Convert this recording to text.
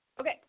Okay